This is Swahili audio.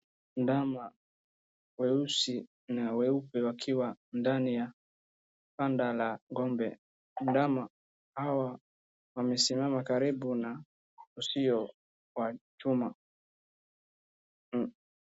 Ndama weusi na mweupe wakiwa ndani ya kanda la ng'ombe. Ndama hawa wamesimama karibu na usio wa chuma.